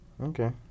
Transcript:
Okay